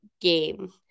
game